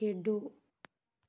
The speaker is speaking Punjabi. ਖੇਡੋ